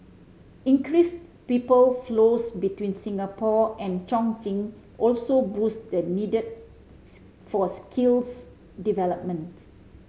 increased people flows between Singapore and Chongqing also boost the need for skills development